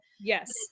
Yes